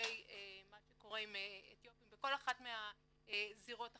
לגבי מה שקורה עם אתיופים בכל אחת מהזירות החברתיות,